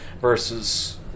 versus